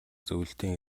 зөвлөлтийн